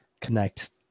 connect